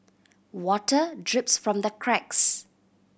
water drips from the cracks